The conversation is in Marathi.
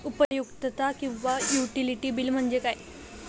उपयुक्तता किंवा युटिलिटी बिल म्हणजे काय?